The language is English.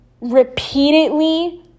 repeatedly